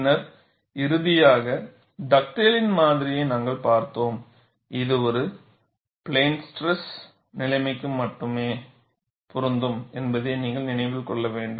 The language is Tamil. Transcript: பின்னர் இறுதியாக டக்டேலின் மாதிரியை நாங்கள் பார்த்தோம் இது ஒரு பிளேன் ஸ்ட்ரெஸ் நிலைமைக்கு மட்டுமே பொருந்தும் என்பதை நீங்கள் நினைவில் கொள்ள வேண்டும்